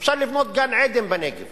אפשר לבנות גן-עדן בנגב